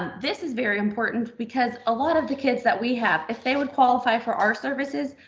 this is very important because a lot of the kids that we have, if they would qualify for our services,